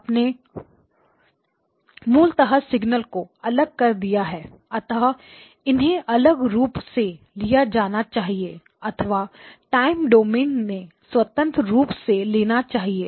आपने मूलतः सिगनल्स को अलग कर दिया है अतः इन्हें अलग रूप से लिया जाना चाहिए अथवा टाइमडोमेन में स्वतंत्र रूप से लेना चाहिए